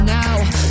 now